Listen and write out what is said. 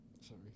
Sorry